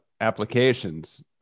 applications